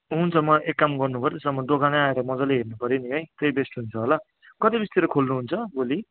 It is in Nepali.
हुन्छ म एक काम गर्नुपऱ्यो उसो भए म दोकानै आएर मज्जाले हेर्नुपऱ्यो नि है त्यही बेस्ट हुन्छ होला कति बजीतिर खोल्नु हुन्छ भोलि